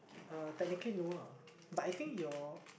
uh technically no lah but I think your